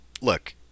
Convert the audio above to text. Look